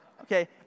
okay